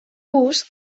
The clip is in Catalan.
bus